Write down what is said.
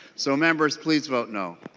so members please vote no.